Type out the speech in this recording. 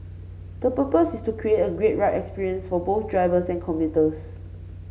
the purpose is to create a great ride experience for both drivers and commuters